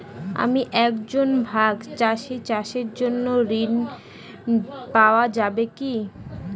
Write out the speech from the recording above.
আমি একজন ভাগ চাষি চাষের জন্য ঋণ পাওয়া যাবে কি?